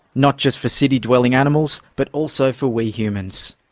not just for city-dwelling animals, but also for we humans.